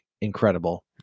incredible